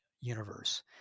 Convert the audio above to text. universe